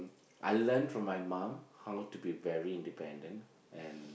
I learn from my mum how to be very independent and